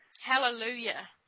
Hallelujah